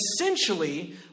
Essentially